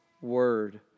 Word